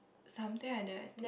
something like that